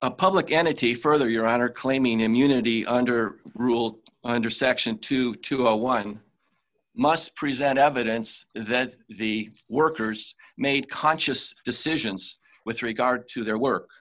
a public entity further your honor claiming immunity under rule under section two to one must present evidence that the workers made conscious decisions with regard to their work